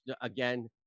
again